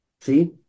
See